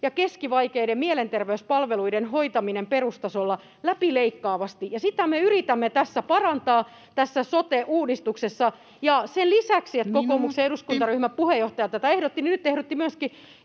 ja keskivaikeiden mielenterveyspalveluiden hoitaminen perustasolla läpileikkaavasti, ja sitä me yritämme parantaa tässä sote-uudistuksessa. Sen lisäksi, että kokoomuksen eduskuntaryhmän puheenjohtaja tätä ehdotti,